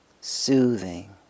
soothing